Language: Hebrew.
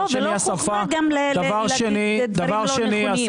גם לא חוכמה לומר דברים לא נכונים.